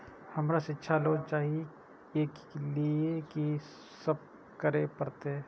हमरा शिक्षा लोन चाही ऐ के लिए की सब करे परतै?